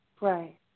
Right